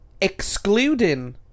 Excluding